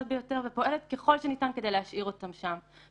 ביותר ופועלת ככל שניתן כדי להשאיר אותן שם,